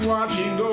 Watching